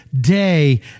day